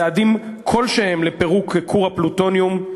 צעדים כלשהם לפירוק כור הפלוטוניום,